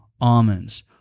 almonds